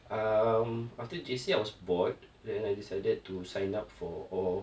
um after J_C I was bored then I decided to sign up for all